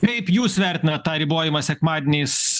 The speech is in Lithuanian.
kaip jūs vertinat tą ribojimą sekmadieniais